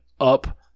up